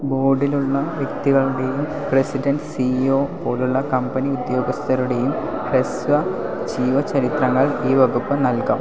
ബോർഡിലുള്ള വ്യക്തികളുടെയും president C E O പോലുള്ള company ഉദ്യോഗസ്ഥരുടെയും ഹ്രസ്വ ജീവചരിത്രങ്ങൾ ഈ വകുപ്പ് നൽകാം